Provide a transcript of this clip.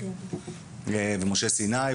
משה סיני,